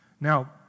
Now